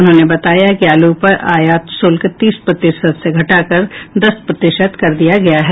उन्होंने बताया कि आलू पर आयात शुल्क तीस प्रतिशत से घटाकर दस प्रतिशत कर दिया गया है